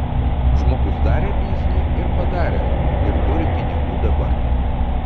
žmogus darė biznį ir padarė ir turi pinigų dabar